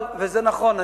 וזה נכון,